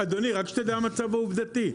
אדוני רק שתדע את המצב העובדתי,